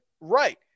right